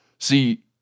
See